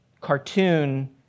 cartoon